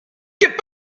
get